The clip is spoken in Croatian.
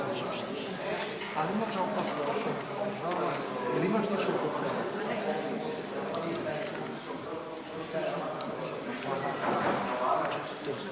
Hvala